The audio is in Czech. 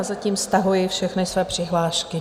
Zatím stahuji všechny své přihlášky.